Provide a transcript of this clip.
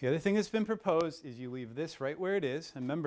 the other thing has been proposed is you we have this right where it is a member